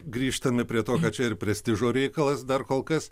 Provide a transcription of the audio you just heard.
grįžtame prie to kad čia ir prestižo reikalas dar kol kas